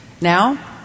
Now—